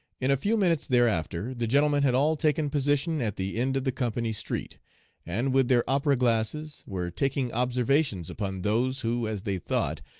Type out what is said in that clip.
in a few minutes thereafter the gentlemen had all taken position at the end of the company street and, with their opera-glasses, were taking observations upon those who, as they thought,